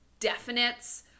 definites